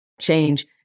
change